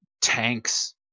tanks